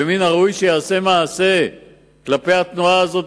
ומן הראוי שייעשה מעשה כלפי התנועה הזאת,